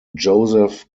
joseph